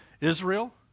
Israel